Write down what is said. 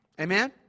Amen